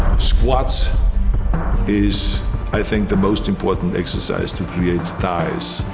squats is i think the most important exercise to create thighs,